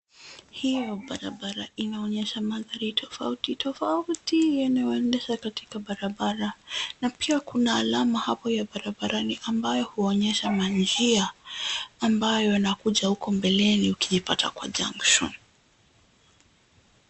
Hiyo barabara inaonyesha magari tofauti tofauti yanayoendeshwa katika barabara na pia kuna alama hapo ya barabarani ambayo huonyesha manjia ambayo yanakuja huko mbeleni ukijipata kwa junction .